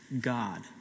God